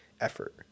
effort